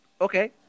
Okay